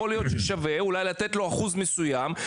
יכול להיות שאולי ששווה לתת לו אחוז מסוים,